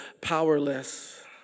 powerless